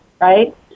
Right